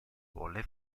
volle